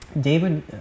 David